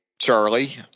Charlie